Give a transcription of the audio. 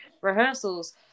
rehearsals